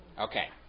Okay